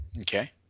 Okay